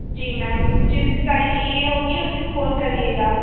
जी ma'am जिस दिन गाड़ी चाहिए होगी उस दिन फोन करिएगा